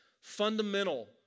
fundamental